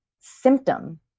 symptom